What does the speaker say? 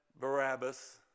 Barabbas